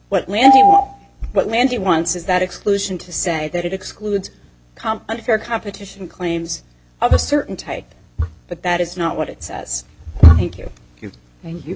what land what mandy wants is that exclusion to say that it excludes comp unfair competition claims of a certain type but that is not what it says thank you thank you